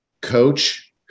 coach